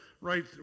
right